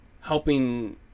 helping